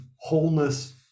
wholeness